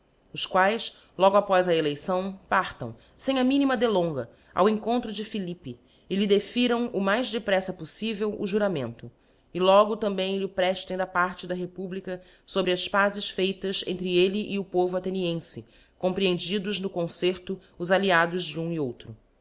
os quaes logo apoz a eleição partam fem a minima delonga ao encontro de philippe e lhe defiram o mais deprelfa poffivel o juramento e logo também iho preftem da parte da republica fobre as pazes feitas entre elle e o povo athenienfe comprehendidos no conceno os alliados de um e outro